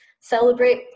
celebrate